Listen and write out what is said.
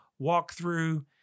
walkthrough